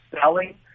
selling